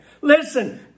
Listen